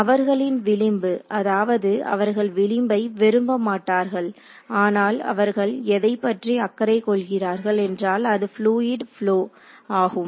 அவர்களின் விளிம்பு அதாவது அவர்கள் விளிம்பை விரும்ப மாட்டார்கள் ஆனால் அவர்கள் எதைப் பற்றி அக்கறை கொள்கிறார்கள் என்றால் அது ஃபூளியிட் புளோ ஆகும்